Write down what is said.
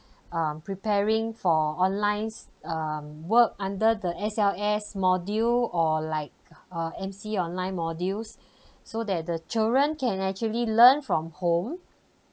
um preparing for onlines um work under the S_L_S module or like uh M_C online modules so that the children can actually learn from home